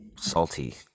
salty